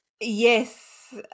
Yes